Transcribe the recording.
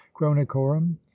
chronicorum